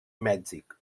mèxic